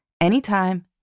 anytime